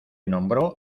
nombró